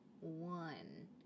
one